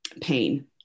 pain